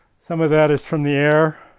some of that is from the air.